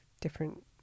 different